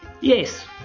Yes